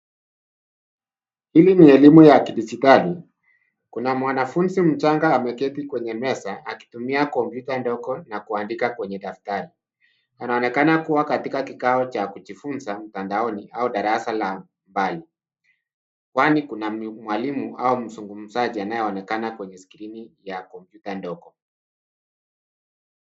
Hili ni elimu ya kidijitali, kuna mwanafunzi mchanga ameketi kwenye meza akitumia kompyuta ndogo na kuandika kwenye daftari. Anaonekana kuwa katika kikao cha kujifunza mtandaoni au darasa la mbali, kwani kuna mwalimu au mzungumzaji anayeonekana kwenye skrini ya kompyuta ndogo.